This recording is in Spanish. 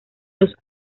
los